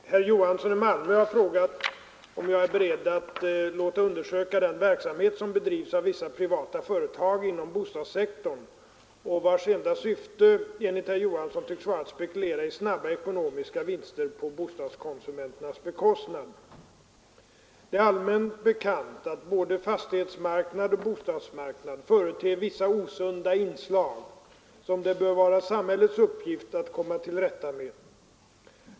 Herr talman! Herr Johansson i Malmö har frågat om jag är beredd att låta undersöka den verksamhet som bedrivs av vissa privata företag inom bostadssektorn och vars enda syfte enligt herr Johansson tycks vara att spekulera i snabba ekonomiska vinster på bostadskonsumenternas bekostnad. Det är allmänt bekant att både fastighetsmarknad och bostadsmarknad företer vissa osunda inslag, som det bör vara samhällets uppgift att komma till rätta med.